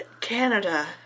Canada